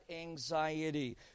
anxiety